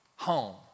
home